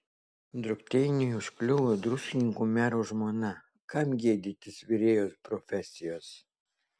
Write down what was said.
drukteiniui užkliuvo druskininkų mero žmona kam gėdytis virėjos profesijos